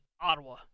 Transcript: Ottawa